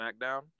SmackDown